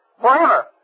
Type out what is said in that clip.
forever